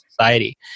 society